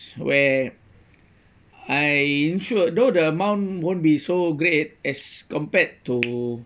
where I insure though the amount won't be so great as compared to